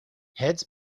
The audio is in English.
heads